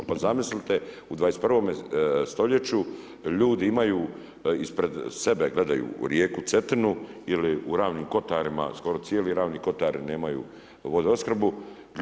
Pa zamislite u 21. stoljeću ljudi imaju ispred sebe gledaju u rijeku Cetinu ili u Ravnim Kotarima skoro cijeli Ravni Kotari nemaju vodoopskrbu.